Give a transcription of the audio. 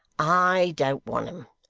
i don't want em.